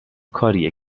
کاریه